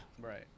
Right